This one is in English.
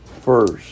first